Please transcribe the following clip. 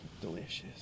delicious